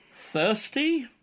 thirsty